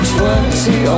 Twenty